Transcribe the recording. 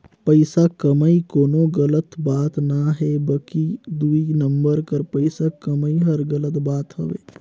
पइसा कमई कोनो गलत बात ना हे बकि दुई नंबर कर पइसा कमई हर गलत बात हवे